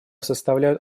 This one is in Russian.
составляют